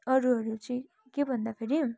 अरूहरू चाहिँ के भन्दाखेरि